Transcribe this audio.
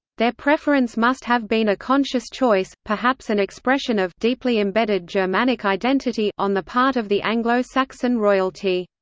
their preference must have been a conscious choice, perhaps an expression of deeply-embedded germanic identity on the part of the anglo-saxon royalty.